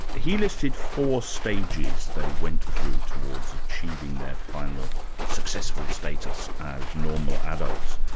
he listed four stages they went through towards achieving their final successful status as normal adults,